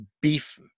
beef